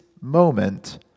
moment